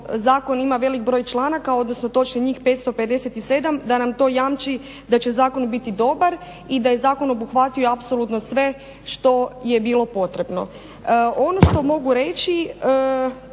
zakon ima velik broj članaka, odnosno točno njih 557 da nam to jamči da će zakon biti dobar i da je zakon obuhvatio apsolutno sve što je bilo potrebno. Ono što mogu reći